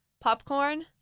popcorn